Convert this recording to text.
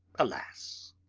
alas!